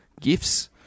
gifts